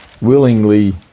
willingly